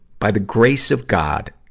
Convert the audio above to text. by the grace of god,